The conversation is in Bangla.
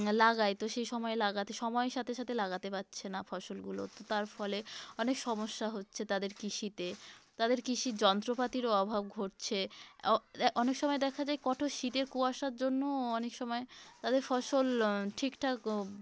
লাগায় তো সেই সময় লাগাতে সময়ের সাথে সাথে লাগাতে পাচ্ছে না ফসলগুলো তো তার ফলে অনেক সমস্যা হচ্ছে তাদের কৃষিতে তাদের কৃষির যন্ত্রপাতিরও অভাব ঘটছে অনেক সময় দেখা যায় কঠোর শীতের কুয়াশার জন্যও অনেক সময় তাদের ফসল ঠিকঠাক